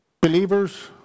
believers